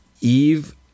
Eve